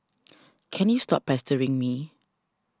can you stop pestering me